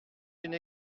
une